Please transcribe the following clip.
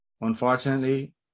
Unfortunately